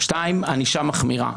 ב', ענישה מחמירה.